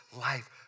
life